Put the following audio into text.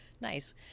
Nice